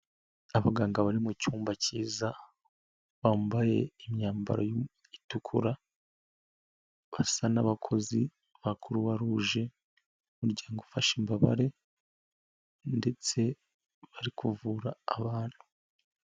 Abaganga bari mucmba cyiza, bambaye imyambaro itukura, basa n'abakozi ba Croix Rouge umuryango ufasha imbabare ndetse bari kuvura abantu.